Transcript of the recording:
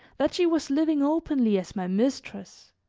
that she was living openly as my mistress,